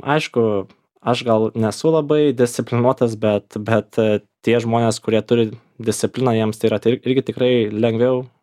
aišku aš gal nesu labai disciplinuotas bet bet tie žmonės kurie turi discipliną jiems tai yra tai irgi tikrai lengviau